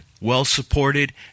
well-supported